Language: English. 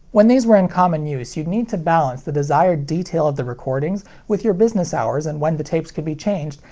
when these were in common use, you'd need to balance the desired detail of the recording with your business hours and when the tapes could be changed,